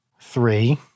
three